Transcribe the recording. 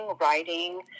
writing